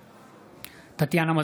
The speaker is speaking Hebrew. בעד טטיאנה מזרסקי,